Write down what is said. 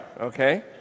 Okay